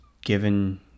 given